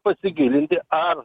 pasigilinti ar